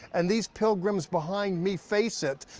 and these pilgrims behind me face it,